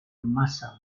maza